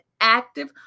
active